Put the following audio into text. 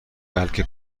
بلکه